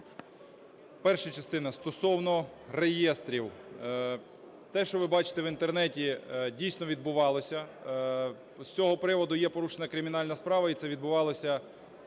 Перша частина: стосовно реєстрів. Те, що ви бачите в Інтернеті, дійсно відбувалося. З цього приводу є порушена кримінальна справа, і це відбувалося